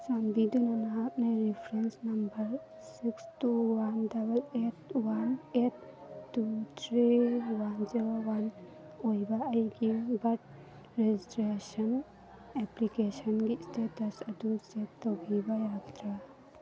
ꯆꯥꯟꯕꯤꯗꯨꯅ ꯅꯍꯥꯛꯅ reference number six two one double eight one eight two three one zero one ꯑꯣꯏꯕ ꯑꯩꯒꯤ Bharat registration ꯑꯦꯄ꯭ꯂꯤꯀꯦꯁꯟꯒꯤ ꯏꯁꯇꯦꯇꯁ ꯑꯗꯨ ꯆꯦꯛ ꯇꯧꯕꯤꯕ ꯌꯥꯒꯗ꯭ꯔꯥ